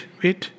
wait